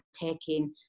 taking